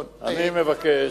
אני מבקש,